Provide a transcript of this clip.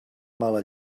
mala